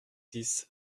dix